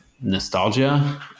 nostalgia